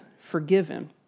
forgiven